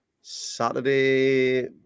Saturday